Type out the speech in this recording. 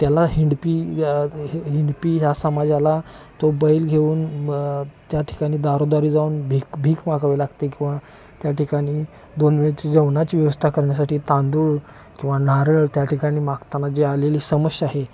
त्याला हिंडपी हिंडपी ह्या समाजाला तो बैल घेऊन त्या ठिकाणी दारोदारी जाऊन भीक भीक मागावे लागते किंवा त्या ठिकाणी दोन वेळची जेवणाची व्यवस्था करण्यासाठी तांदूळ किंवा नारळ त्या ठिकाणी मागताना जे आलेली समस्या आहे